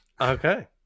Okay